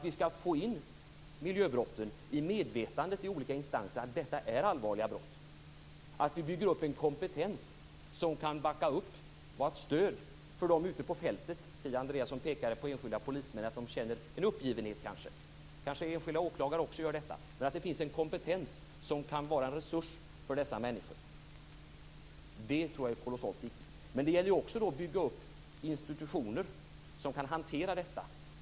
Vi måste få in i medvetandet hos olika instanser att miljöbrotten är allvarliga brott samt bygga upp en kompetens som kan backa upp och vara ett stöd för dem ute på fältet. Kia Andreasson pekade på att enskilda polismän kan känna en uppgivenhet. Kanske gör även enskilda åklagare detta. Det måste till en kompetens som kan vara en resurs för dessa människor. Det tror jag är kolossalt viktigt. Men det gäller också att bygga upp institutioner som kan hantera detta.